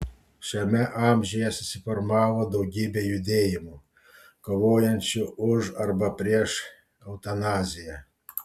šiame amžiuje susiformavo daugybė judėjimų kovojančių už arba prieš eutanaziją